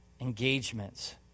engagements